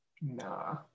Nah